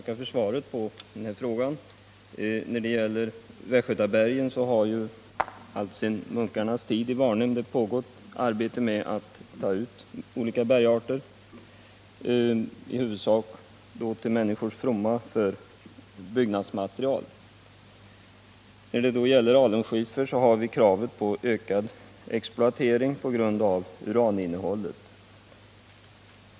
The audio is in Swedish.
Herr talman! Jag tackar för svaret på frågan. Alltsedan munkarnas tid i Varnhem har i Västgötabergen pågått arbete med att, i huvudsak till människors fromma, ta ut olika bergarter till byggnadsmaterial. När det gäller alunskiffer har vi kravet på ökad exploatering på grund av uraninnehållet.